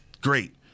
great